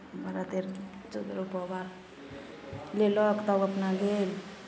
बारह तेरह चौदह रुपैए बारह लेलक तब अपना गेल